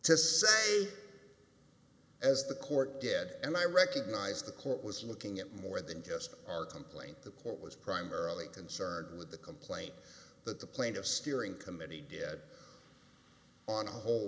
to same as the court dead and i recognize the court was looking at more than just our complaint the court was primarily concerned with the complaint that the plaintiff steering committee did on a whole